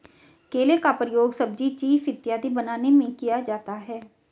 केला का प्रयोग सब्जी चीफ इत्यादि बनाने में किया जाता है